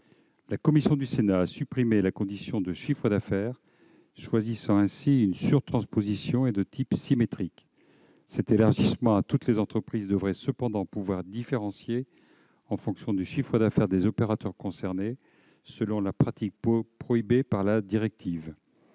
La commission du Sénat a supprimé la condition de chiffres d'affaires, optant ainsi pour une surtransposition et un dispositif de type « symétrique ». Cet élargissement à toutes les entreprises devrait cependant pouvoir être différencié en fonction du chiffre d'affaires des opérateurs concernés selon les pratiques prohibées par la directive,